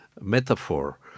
metaphor